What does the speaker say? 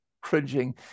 cringing